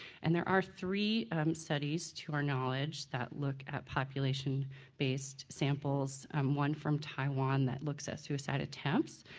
and there are three studies to our knowledge that look at population based samples, um one from taiwan that looks at suicide attempts,